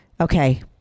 Okay